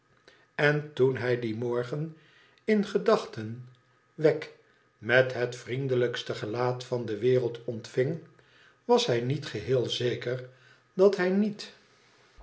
h toen hij dien morgen in gedachten wegg met het vriendelijkste gelaat van de wereld ontving was hij niet geheel zeker dat hij niet